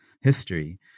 history